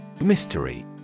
Mystery